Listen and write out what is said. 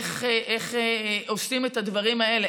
איך עושים את הדברים האלה,